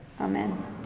Amen